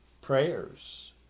prayers